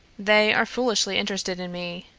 they are foolishly interested in me.